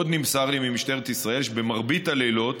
עוד נמסר לי ממשטרת ישראל שבמרבית הלילות